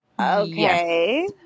okay